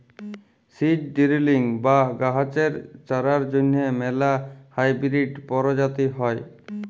seed drilling বা গাহাচের চারার জ্যনহে ম্যালা হাইবিরিড পরজাতি হ্যয়